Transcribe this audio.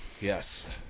Yes